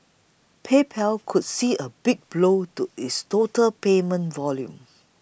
PayPal could see a big blow to its total payments volume